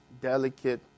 delicate